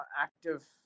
active